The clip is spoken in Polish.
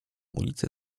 ulicy